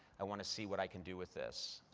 i want to see what i can do with this.